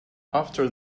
after